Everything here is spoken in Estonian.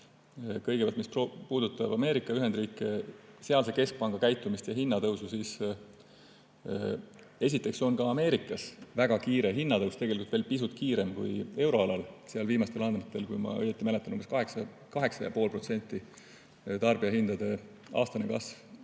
Kõigepealt, mis puudutab Ameerika Ühendriike, sealse keskpanga käitumist ja hinnatõusu, siis esiteks on ka Ameerikas väga kiire hinnatõus, tegelikult on see olnud pisut kiiremgi kui euroalal. Viimastel andmetel, kui ma õigesti mäletan, oli sealne tarbijahindade aastane kasv